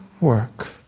work